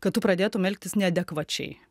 kad tu pradėtum elgtis neadekvačiai